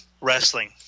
wrestling